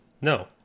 No